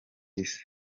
isi